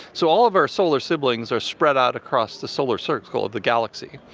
so all of our solar siblings are spread out across the solar circle of the galaxy.